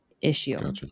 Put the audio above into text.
issue